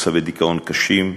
מצבי דיכאון קשים,